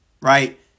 right